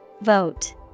Vote